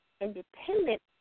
independent